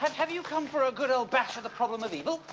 have you come for a good old bash at the problem of evil?